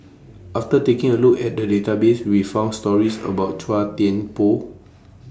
after taking A Look At The Database We found stories about Chua Thian Poh